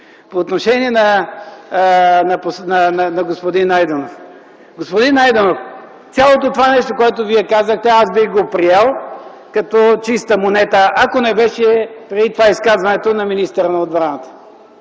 По отношение на господин Найденов. Господин Найденов, цялото това нещо, което Вие казахте, аз бих го приел като чиста монета, ако не беше преди това изказването на министъра на отбраната